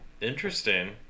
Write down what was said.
Interesting